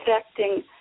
affecting